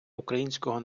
українського